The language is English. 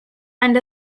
and